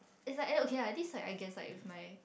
it's like eh okay lah this like I guess like with my